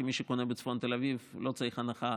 כי מי שקונה בצפון תל אביב לא צריך הנחה,